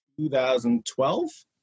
2012